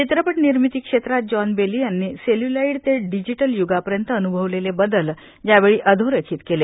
चित्रपट निर्मिती क्षेत्रात जॉन बेली यांनी सेल्यूलॉईड ते डिजिटल यूगापर्यंत अनुभवलेले बदल यावेळी अधोरेखित केले